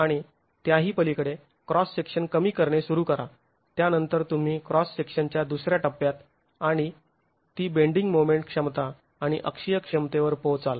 आणि त्याही पलीकडे क्रॉस सेक्शन कमी करणे सुरू करा त्यानंतर तुम्ही क्रॉस सेक्शनच्या दुसऱ्या टप्प्यात आणि ती बेंडींग मोमेंट क्षमता आणि अक्षीय क्षमतेवर पोहोचाल